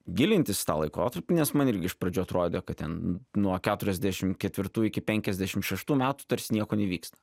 gilintis į tą laikotarpį nes man irgi iš pradžių atrodė kad ten nuo keturiasdešim ketvirtų iki penkiasdešim šeštų metų tarsi nieko nevyksta